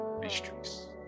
mysteries